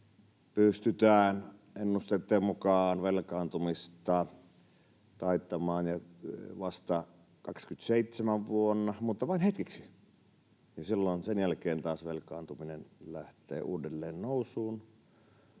pystytään ennusteitten mukaan velkaantumista taittamaan vasta 27-vuonna, mutta vain hetkeksi, ja sen jälkeen taas velkaantuminen lähtee uudelleen nousuun,